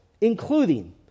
including